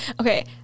Okay